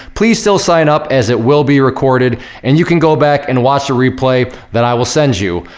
please still sign up as it will be recorded and you can go back and watch the replay that i will send you.